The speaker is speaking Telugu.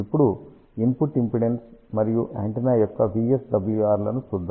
ఇప్పుడు ఇన్పుట్ ఇంపిడెన్స్ మరియు యాంటెన్నా యొక్క VSWR లను చూద్దాం